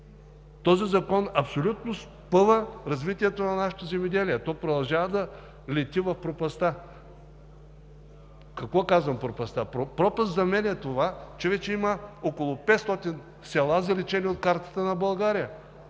Този закон абсолютно спъва развитието на нашето земеделие – то продължава да лети в пропастта. Пропаст за мен е това, че вече има около 500 села, заличени от картата на България